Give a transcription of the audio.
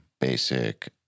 basic